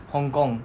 hong kong